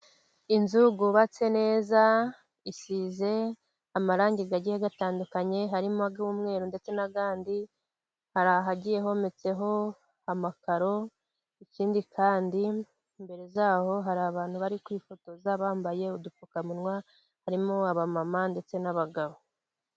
Inzu yubatse neza, isize amarangi agiye atandukanye, harimo ayumweru ndetse n'ayandi, hari ahagiye hometseho amakaro, ikindi kandi mbere yaho hari abantu, bari kwifotoza bambaye udupfukamunwa, harimo abamama ndetse n'abagabo.